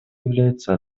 является